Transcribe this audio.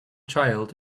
child